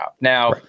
Now